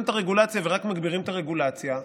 את הרגולציה ורק מגבירים את הרגולציה.